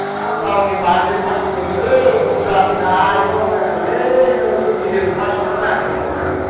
हाब गावनि बार्दे पार्टि दंनो बुर्जाफैनो हायोबा मोजांथारलै नोगोद गिदिद अमा सिथारबाय आं होनहरथारदों